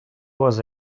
was